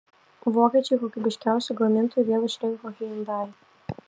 vokiečiai kokybiškiausiu gamintoju vėl išrinko hyundai